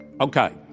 Okay